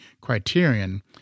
criterion